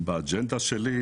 באג'נדה שלי,